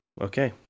okay